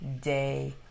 day